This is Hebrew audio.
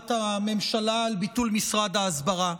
הודעת הממשלה על ביטול משרד ההסברה.